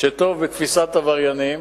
שטוב בתפיסת עבריינים,